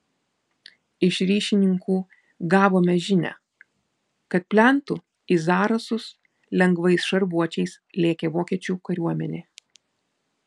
iš ryšininkų gavome žinią kad plentu į zarasus lengvais šarvuočiais lėkė vokiečių kariuomenė